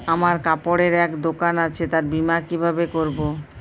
আমার কাপড়ের এক দোকান আছে তার বীমা কিভাবে করবো?